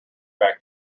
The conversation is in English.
back